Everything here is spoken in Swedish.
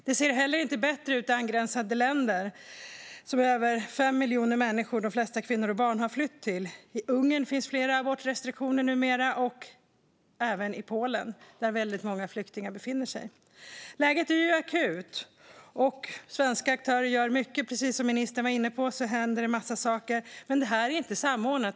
Det ser inte bättre ut i angränsande länder dit över 5 miljoner människor, de flesta kvinnor och barn, har flytt. I Ungern och även i Polen, där väldigt många flyktingar befinner sig, finns flera abortrestriktioner numera. Läget är akut. Svenska aktörer gör mycket. Precis som ministern var inne på händer det en massa saker, men det är inte samordnat.